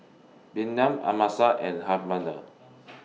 Bynum Amasa and